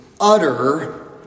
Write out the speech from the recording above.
utter